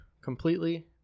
completely